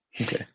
okay